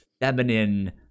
feminine